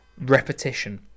repetition